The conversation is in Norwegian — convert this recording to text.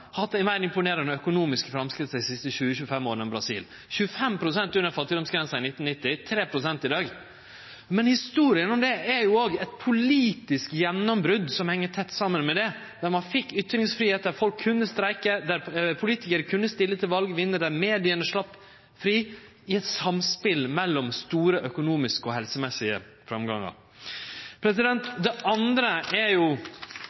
har hatt meir imponerande økonomiske framsteg dei siste 20–25 åra enn Brasil – 25 pst. var under fattigdomsgrensa i 1990, 3 pst. i dag. Men historia om det heng òg tett saman med eit politisk gjennombrot, der ein fekk ytringsfridom, der folk kunne streike, der politikarar kunne stille til val, der media vart sleppte fri, i eit samspel mellom store økonomiske og helsemessige framgangar. Det andre er